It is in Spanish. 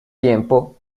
tiempo